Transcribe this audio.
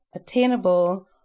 Attainable